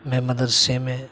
میں مدرسے میں